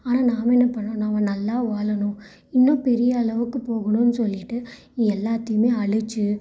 ஆனால் நாம் என்ன பண்ணோம் நாம் நல்லா வாழணும் இன்னும் பெரிய அளவுக்கு போகணும்ன்னு சொல்லிவிட்டு எல்லாத்தையுமே அழித்து